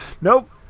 nope